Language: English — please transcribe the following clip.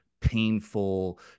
painful